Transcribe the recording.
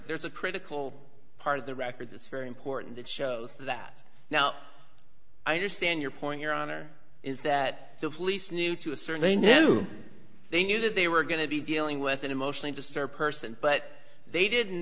there's a critical part of the record that's very important that shows that now i understand your point your honor is that the police knew to a certain i knew they knew that they were going to be dealing with an emotionally disturbed person but they didn't